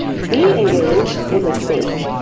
be engaged is a state.